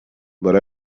but